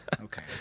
Okay